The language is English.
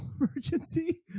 emergency